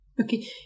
Okay